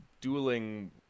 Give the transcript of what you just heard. dueling